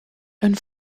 een